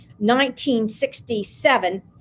1967